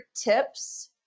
tips